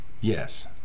Yes